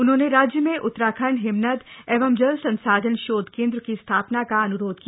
उन्होंने राज्य में उत्तराखण्ड हिमनद एवं जल संसाधन शोध कम्द्र की स्थापना का अन्रोध किया